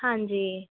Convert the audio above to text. ਹਾਂਜੀ